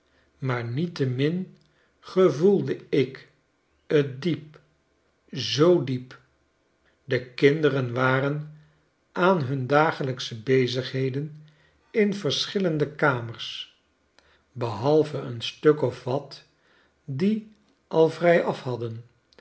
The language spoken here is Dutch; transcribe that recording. maar niettemin gevoelde ik t diep o zoo diep de kinderen waren aan hun dagelijksche bezigheden in verschillende kamers behalve een stuk of wat die al vrijaf hadden